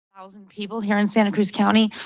housing people here in santa cruz county.